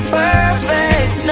perfect